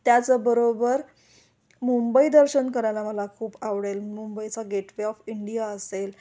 त्याचबरोबर मुंबई दर्शन करायला मला खूप आवडेल मुंबईचा गेटवे ऑफ इंडिया असेल